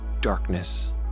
darkness